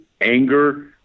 anger